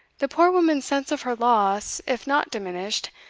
the poor woman's sense of her loss, if not diminished,